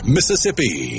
Mississippi